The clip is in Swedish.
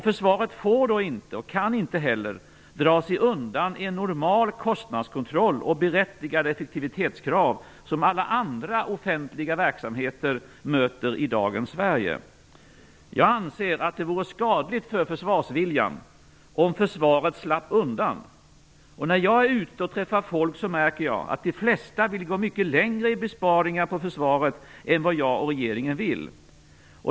Försvaret får inte och kan inte heller dra sig undan en normal kostnadskontroll och berättigade effektivitetskrav som alla andra offentliga verksamheter möter i dagens Sverige. Jag anser att det vore skadligt för försvarsviljan om försvaret slapp undan. När jag är ute och träffar folk märker jag att de flesta vill gå mycket längre i besparingar på försvaret än vad jag och regeringen vill.